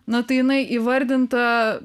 na tai jinai įvardinta